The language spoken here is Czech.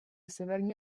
severní